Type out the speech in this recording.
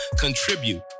contribute